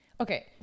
okay